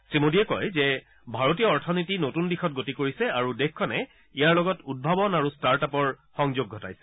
শ্ৰী মোদীয়ে কয় যে ভাৰতীয় অথনীতিয়ে নতুন দিশত গতি কৰিছে আৰু দেশখনে ইয়াৰ লগত উদ্ভাৱন আৰু ষ্টাৰ্ট আপৰ সংযোগ ঘটাইছে